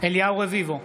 אליהו רביבו,